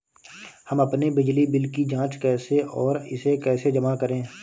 हम अपने बिजली बिल की जाँच कैसे और इसे कैसे जमा करें?